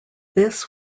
this